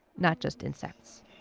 not just insects.